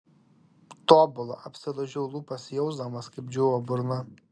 tobula apsilaižau lūpas jausdamas kaip džiūva burna